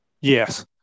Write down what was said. Yes